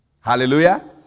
Hallelujah